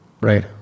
Right